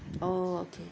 oh okay